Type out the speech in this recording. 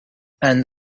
and